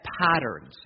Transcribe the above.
patterns